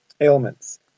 ailments